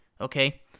okay